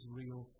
real